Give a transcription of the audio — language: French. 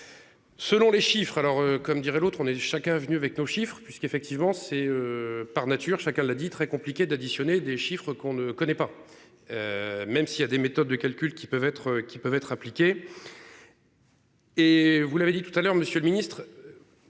Selon les chiffres alors comme dirait l'autre, on est chacun est venu avec nos chiffres puisqu'effectivement c'est. Par nature, chacun l'a dit très compliqué d'additionner des chiffres qu'on ne connaît pas. Même s'il y a des méthodes de calcul qui peuvent être qui peuvent être appliquées.-- Et vous l'avez dit tout à l'heure Monsieur le Ministre.